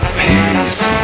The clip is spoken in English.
peace